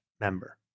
member